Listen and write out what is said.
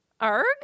Arg